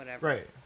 Right